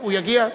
הוא יגיע?